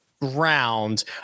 round